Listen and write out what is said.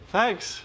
Thanks